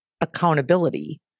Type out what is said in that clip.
accountability